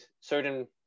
certain